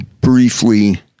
briefly